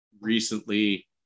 recently